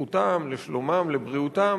לבטיחותם, לשלומם, לבריאותם,